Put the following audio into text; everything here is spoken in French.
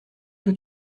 tout